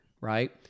right